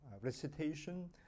recitation